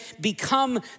become